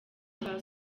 cya